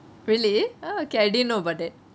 really oh okay I didn't know about that